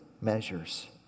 measures